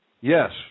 Yes